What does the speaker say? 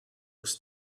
was